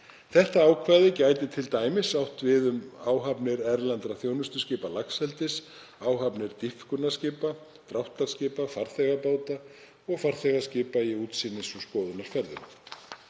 Þetta ákvæði gæti t.d. átt við um áhafnir erlendra þjónustuskipa laxeldis, áhafnir dýpkunarskipa, dráttarskipa, farþegabáta og farþegaskipa í útsýnis- og skoðunarferðum.